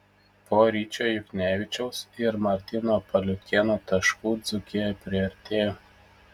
po ryčio juknevičiaus ir martyno paliukėno taškų dzūkija priartėjo